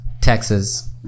Texas